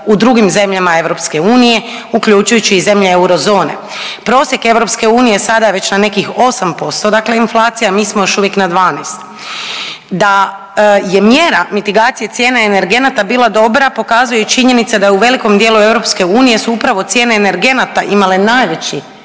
u drugim zemljama EU, uključujući i zemlje eurozone. Prosjek EU sada je već na nekih 8% inflacije, a mi smo još uvijek na 12. Da je mjera mitigacije cijena energenata bila dobra pokazuje i činjenica da je u velikom dijelu EU su upravo cijene energenata imale najveći